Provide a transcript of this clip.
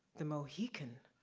the mohican,